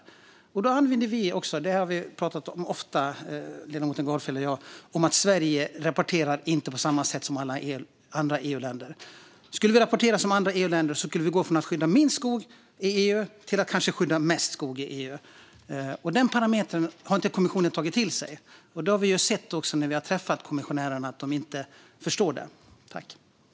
Ledamoten Gardfjell och jag har ofta pratat om att Sverige inte rapporterar på samma sätt som andra EU-länder. Om vi gjorde det skulle vi gå från att skydda minst skog i EU till att kanske skydda mest. Denna parameter har kommissionen inte tagit till sig. När vi har träffat kommissionärerna har vi märkt att de inte förstår detta.